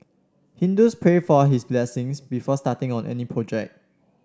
Hindus pray for his blessings before starting on any project